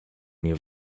nie